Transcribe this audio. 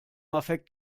affekt